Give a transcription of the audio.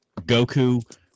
Goku